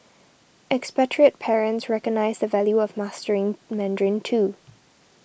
expatriate parents recognise the value of mastering Mandarin too